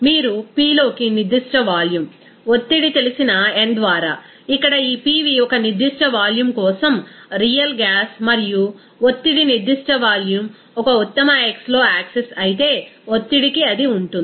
మీరు p లోకి నిర్దిష్ట వాల్యూమ్ ఒత్తిడి తెలిసిన n ద్వారా ఇక్కడ ఈ pv ఒక నిర్దిష్ట వాల్యూమ్ కోసంరియల్ గ్యాస్ మరియు ఒత్తిడి నిర్దిష్ట వాల్యూమ్ ఒకఉత్తమ x లో యాక్సిస్ అయితే ఒత్తిడికి అది ఉంటుంది